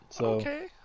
Okay